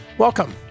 Welcome